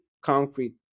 concrete